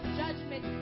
judgment